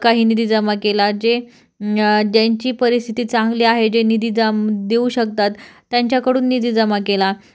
काही निधी जमा केला जे ज्यांची परिस्थिती चांगली आहे जे निधी जम देऊ शकतात त्यांच्याकडून निधी जमा केला